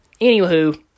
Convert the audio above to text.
anywho